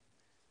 מבינים.